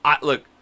Look